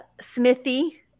smithy